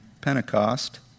Pentecost